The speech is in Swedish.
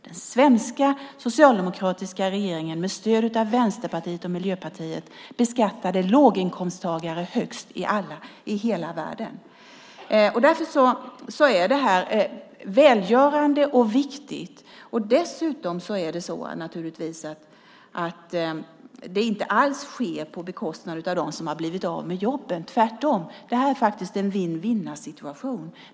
Den svenska socialdemokratiska regeringen med stöd av Vänsterpartiet och Miljöpartiet beskattade låginkomsttagare högst i hela världen. Därför är detta välgörande och viktigt. Dessutom sker det naturligtvis inte alls på bekostnad av dem som har blivit av med jobben - tvärtom. Det här är faktiskt en vinn-vinn-situation.